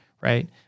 right